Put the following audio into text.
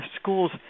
schools